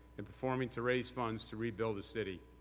and performing to raise funds to rebuild the city.